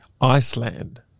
Iceland